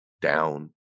down